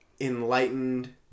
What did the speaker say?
enlightened